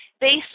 based